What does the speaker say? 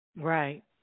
Right